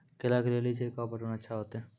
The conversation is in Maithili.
केला के ले ली छिड़काव पटवन अच्छा होते?